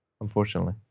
unfortunately